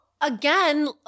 again